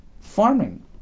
farming